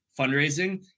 fundraising